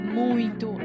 muito